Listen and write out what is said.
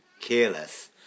careless